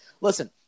Listen